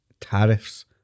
tariffs